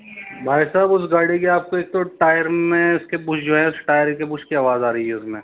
بھائی صاحب اس گاڑی کے آپ کو ایک تو ٹائر میں اس کے پوچھ جو ہے اس ٹائر کے پوچھ کی آواز آ رہی ہے اس میں